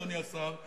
אדוני השר,